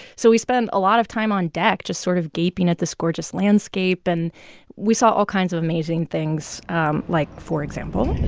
so we spent a lot of time on deck just sort of gaping at this gorgeous landscape. and we saw all kinds of amazing things um like, for example.